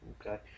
okay